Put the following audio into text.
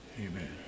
Amen